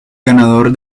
ganador